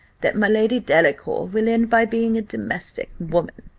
that my lady delacour will end by being a domestic woman.